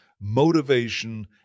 motivation